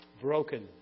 broken